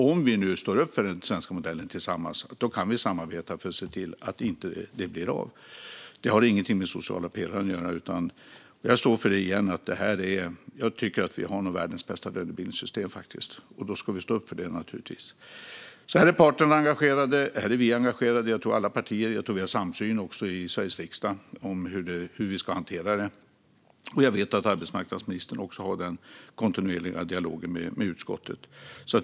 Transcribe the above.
Om vi nu står upp för den svenska modellen tillsammans kan vi samarbeta för att detta inte ska bli av. Detta har inget med den sociala pelaren att göra. Jag står för vad jag tycker: Vi har nog världens bästa lönebildningssystem, och då ska vi stå upp för det, naturligtvis. Här är parterna engagerade. Här är vi engagerade. Jag tror att alla partier är det, och jag tror att vi har en samsyn i Sveriges riksdag om hur vi ska hantera detta. Jag vet också att arbetsmarknadsministern har en kontinuerlig dialog med utskottet.